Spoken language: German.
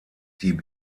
die